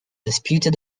disputed